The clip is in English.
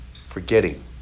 forgetting